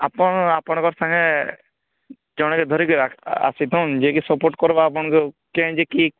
ଆପଣ ଆପଣଙ୍କ ସାଙ୍ଗେ ଜଣେ ଧରି କି ଆ ଆସି ଥାଉନ୍ ଯେ କି ସପୋର୍ଟ କରିବ ଆପଣଙ୍କୁ କାଇଁ ଯେ କିଏ